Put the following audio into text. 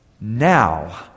now